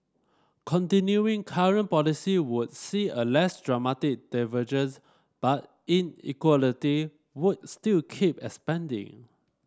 continuing current policy would see a less dramatic divergence but inequality would still keep expanding